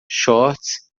shorts